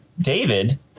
david